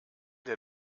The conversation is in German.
der